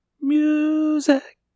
Music